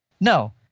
No